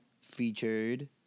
featured